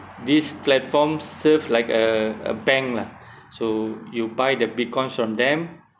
these platforms serve like a a bank lah so you buy the Bitcoins from them